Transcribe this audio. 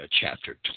chapter